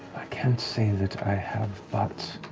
i can't say that i have, but